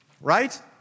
right